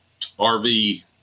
RV